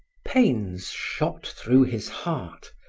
pains shot through his heart.